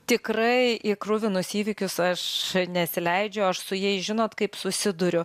tikrai į kruvinus įvykius aš nesileidžiu aš su jais žinot kaip susiduriu